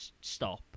stop